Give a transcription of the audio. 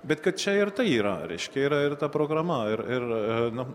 bet kad čia ir tai yra reiškia yra ir ta programa ir ir nu